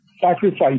sacrifice